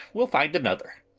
we'll find another!